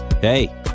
Hey